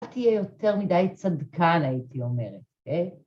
‫לא תהיה יותר מדי צדקן, ‫הייתי אומרת, אוקיי?